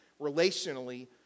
relationally